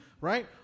right